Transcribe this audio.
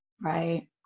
Right